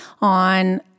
on